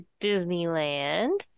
Disneyland